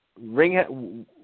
Ring